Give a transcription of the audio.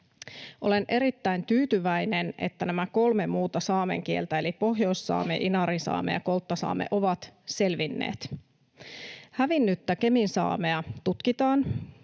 Olen erittäin tyytyväinen, että nämä kolme muuta saamen kieltä eli pohjoissaame, inarinsaame ja kolttasaame ovat selvinneet. Hävinnyttä keminsaamea tutkitaan,